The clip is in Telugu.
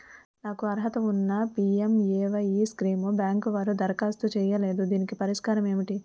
నాకు అర్హత ఉన్నా పి.ఎం.ఎ.వై స్కీమ్ బ్యాంకు వారు దరఖాస్తు చేయలేదు దీనికి పరిష్కారం ఏమిటి?